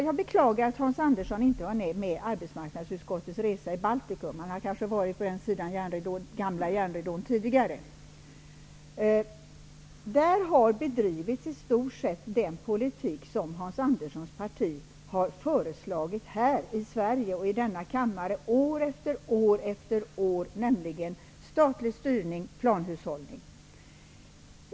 Jag beklagar att Hans Andersson inte var med på arbetsmarknadsutskottets resa till Baltikum. Men han har kanske varit på den sidan av den gamla järnridån tidigare. Där har i stort sett bedrivits den politik som Hans Anderssons parti för svenskt vidkommande år efter år har föreslagit i denna kammare. Det gäller då statlig styrning, planhushållning.